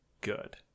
good